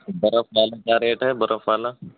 برف والا کیا ریٹ ہے برف والا